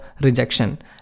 rejection